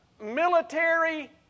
military